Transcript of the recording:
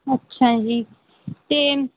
ਅੱਛਾ ਜੀ ਅਤੇ